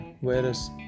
whereas